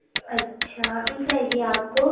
اچھا مِل جائے گی آپ کو